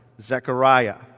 Zechariah